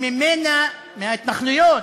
שמהן, מההתנחלויות,